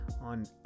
on